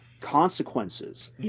consequences